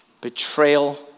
Betrayal